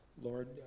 Lord